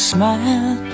smile